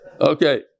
Okay